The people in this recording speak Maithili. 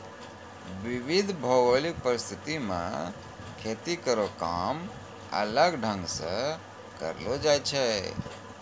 विविध भौगोलिक परिस्थिति म खेती केरो काम अलग ढंग सें करलो जाय छै